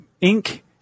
ink